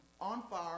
on-fire